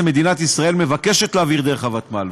מדינת ישראל מבקשת להעביר דרך הוותמ"ל,